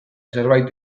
zerbait